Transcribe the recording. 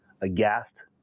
Aghast